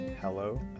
hello